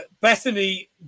Bethany